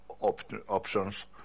options